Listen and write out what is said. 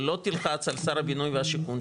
ולא תלחץ על שר הבינוי והשיכון,